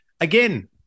Again